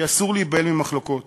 כי אסור להיבהל ממחלוקות.